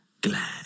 glad